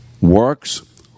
works